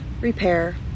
repair